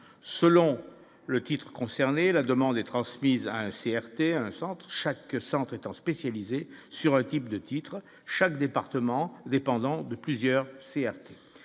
selon le titre concerné, la demande est transmise à un CRT Centre chaque centre étant spécialisée sur un type de titres chaque département dépendant de plusieurs CRT